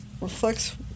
reflects